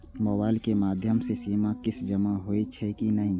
Mobile के माध्यम से सीमा किस्त जमा होई छै कि नहिं?